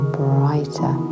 brighter